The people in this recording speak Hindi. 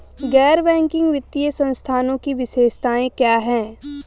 गैर बैंकिंग वित्तीय संस्थानों की विशेषताएं क्या हैं?